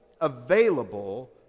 available